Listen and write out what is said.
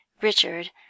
Richard